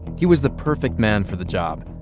he was the perfect man for the job.